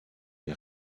les